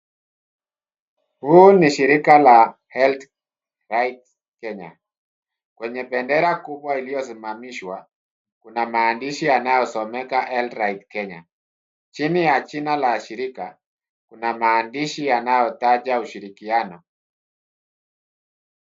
Huu ni shirika la HEALTH RIGHT KENYA. Kwenye bendera kubwa iliyosimamishwa, kuna maandishi yanayosomeka HEALTH RIGHT KENYA. Chini ya jina la shirika, kuna maandishi yanayotaja ushirikiano.